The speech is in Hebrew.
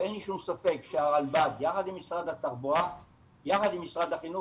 ואין לי שום ספק שהרלב"ד יחד עם משרד התחבורה ומשרד החינוך